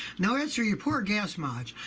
now as for your poor gas mileage,